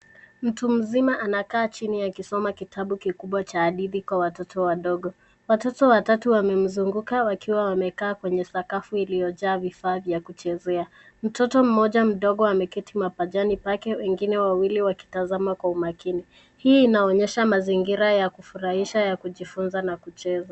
Mtu mzima anakaa chini akisoma kitabu kikubwa cha hadithi kwa watoto wadogo. Watoto watatu wamemzunguka wakiwa wamekaa kwenye sakafu iliyojaa vifaa vya kuchezea. Mtoto mmoja madogo ameketi mapajani pake wengine wawili wakitazama kwa umakini, hii inaonyesha mazingira ya kufurahisha ya kujifunza na kucheza.